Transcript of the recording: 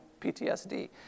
PTSD